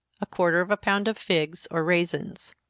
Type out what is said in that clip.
a quarter of a pound of figs or raisins.